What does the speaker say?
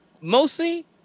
Mostly